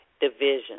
Division